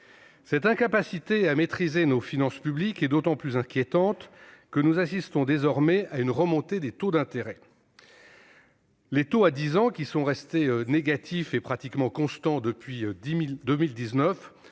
Cette incapacité à maîtriser nos finances publiques est d'autant plus inquiétante que nous assistons désormais à une remontée des taux d'intérêt. Les taux à dix ans, qui sont restés négatifs et pratiquement constants depuis 2019,